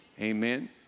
Amen